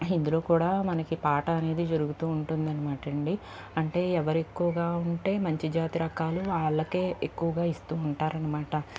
ఇందులో కూడ మనకి పాట అనేది జరుగుతూ ఉంటుంది అనమాటండి అంటే ఎవరు ఎక్కువుగా ఉంటే మంచి జాతి రకాలు ఆళ్లకే ఎక్కువుగా ఇస్తూ ఉంటారనమాట